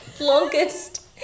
longest